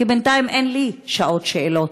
כי בינתיים אין לי שעת שאלות.